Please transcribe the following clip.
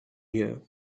here